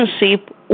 relationship